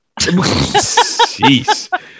Jeez